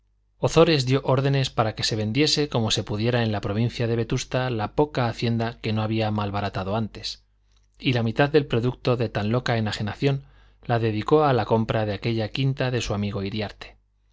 ozores dio órdenes para que se vendiese como se pudiera en la provincia de vetusta la poca hacienda que no había malbaratado antes y la mitad del producto de tan loca enajenación la dedicó a la compra de aquella quinta de su amigo iriarte